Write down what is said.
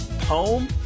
home